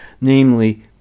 namely